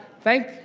Thank